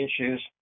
issues